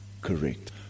Correct